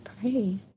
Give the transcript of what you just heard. pray